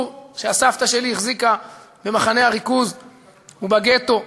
שהסבתא שלי החזיקה במחנה הריכוז ובגטו.